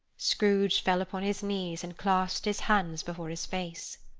scrooge fell upon his knees, and clasped his hands before his face.